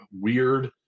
weird